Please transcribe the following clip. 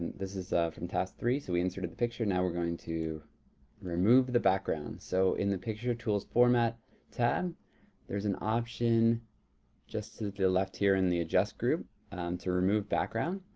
this is from task three. so, we inserted the picture, now we're going to remove the background. so in the picture tools format tab there's an option just at the the left here in the adjust group to remove background.